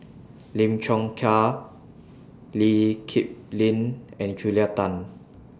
Lim Chong Yah Lee Kip Lin and Julia Tan